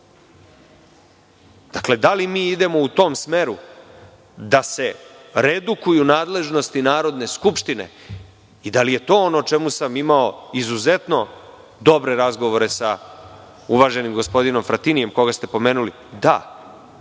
da li mi idemo u tom smeru da se redukuju nadležnosti Narodne skupštine i da li je to ono o čemu sam imao izuzetno dobre razgovore sa uvaženim gospodinom Fratinijem, koga ste pomenuli? Da.